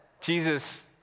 Jesus